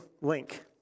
link